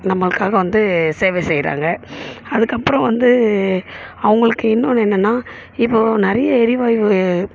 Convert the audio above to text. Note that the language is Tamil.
நம்மளுக்காக வந்து சேவை செய்கிறாங்க அதுக்கப்புறம் வந்து அவங்களுக்கு இன்னொன்னு என்னென்னா இப்போது நிறைய எரிவாய்வு